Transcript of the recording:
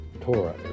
Torah